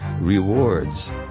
rewards